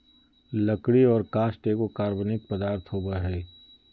लकड़ी और काष्ठ एगो कार्बनिक पदार्थ होबय हइ